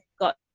got